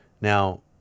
Now